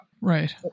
Right